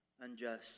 unjust